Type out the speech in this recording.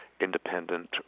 independent